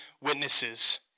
witnesses